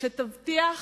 שתבטיח